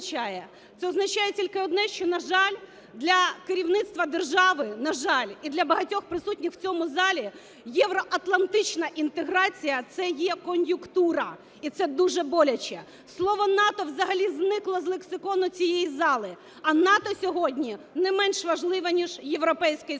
Це означає тільки одне: що, на жаль, для керівництва держави, на жаль, і для багатьох присутніх у цьому залі євроатлантична інтеграція – це є кон'юнктура. І це дуже боляче. Слово НАТО взагалі зникло з лексикона цієї зали, а НАТО сьогодні не менш важливе, ніж Європейський Союз.